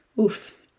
Oof